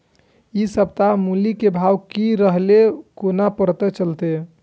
इ सप्ताह मूली के भाव की रहले कोना पता चलते?